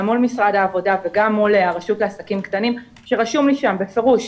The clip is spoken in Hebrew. מול משרד העבודה וגם מול הרשות לעסקים קטנים שרשום לי שם בפירוש,